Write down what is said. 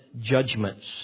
judgments